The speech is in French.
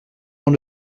dans